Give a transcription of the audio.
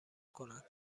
کنند